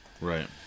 Right